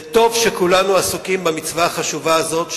וטוב שכולנו עסוקים במצווה החשובה הזאת,